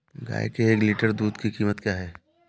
गाय के एक लीटर दूध की कीमत क्या है?